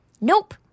Nope